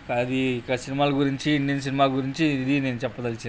ఇక అది ఇక సినిమాల గురించి ఇండియన్ సినిమా గురించి ఇది నేను చెప్పదలిచింది